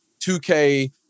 2K